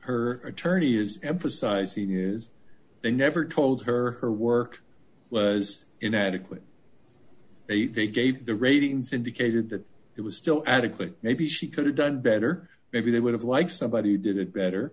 her attorney is emphasizing you know they never told her her work was inadequate they gave the ratings indicated that it was still adequate maybe she could have done better maybe they would have like somebody did it better